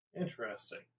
Interesting